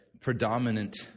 predominant